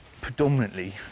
predominantly